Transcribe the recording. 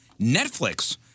Netflix